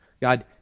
God